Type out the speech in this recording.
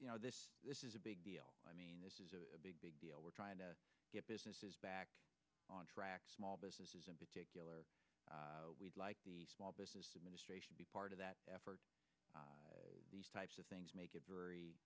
up this this is a big deal i mean this is a big big deal we're trying to get businesses back on track small businesses in particular we'd like the small business administration be part of that effort these types of things make it very